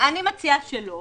מציעה שלא